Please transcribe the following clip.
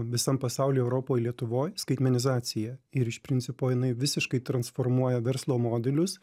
visam pasauly europoj lietuvoj skaitmenizacija ir iš principo jinai visiškai transformuoja verslo modelius